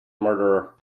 murderer